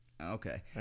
Okay